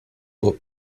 will